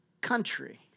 country